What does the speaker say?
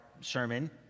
sermon